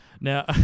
Now